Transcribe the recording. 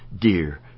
dear